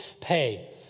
pay